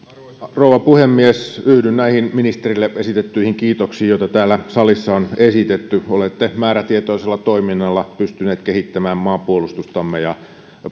rouva puhemies yhdyn näihin ministerille esitettyihin kiitoksiin joita täällä salissa on esitetty olette määrätietoisella toiminnalla pystynyt kehittämään maanpuolustustamme ja